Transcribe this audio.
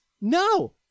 no